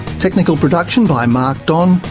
technical production by mark don.